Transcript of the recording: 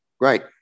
great